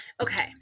Okay